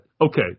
okay